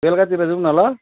बेलुकातिर जाऔँ न ल